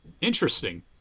interesting